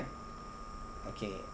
okay